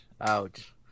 Ouch